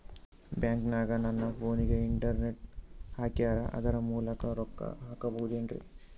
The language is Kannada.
ಬ್ಯಾಂಕನಗ ನನ್ನ ಫೋನಗೆ ಇಂಟರ್ನೆಟ್ ಹಾಕ್ಯಾರ ಅದರ ಮೂಲಕ ರೊಕ್ಕ ಹಾಕಬಹುದೇನ್ರಿ?